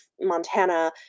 montana